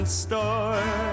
store